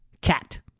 Cat